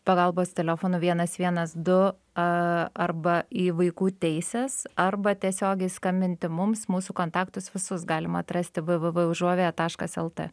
pagalbos telefonu vienas vienas du a arba į vaikų teises arba tiesiogiai skambinti mums mūsų kontaktus visus galima atrasti www užuovėja taškas lt